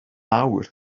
awr